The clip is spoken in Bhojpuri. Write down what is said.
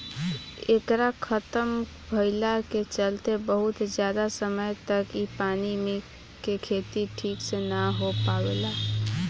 एकरा खतम भईला के चलते बहुत ज्यादा समय तक इ पानी मे के खेती ठीक से ना हो पावेला